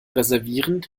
reservieren